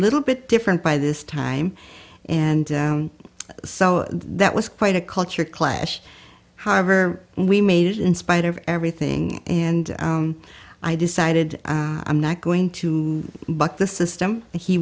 little bit different by this time and so that was quite a culture clash however we made it in spite of everything and i decided i'm not going to buck the system